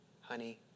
honey